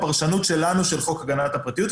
הפרשנות שלנו של חוק הגנת הפרטיות,